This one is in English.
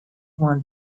want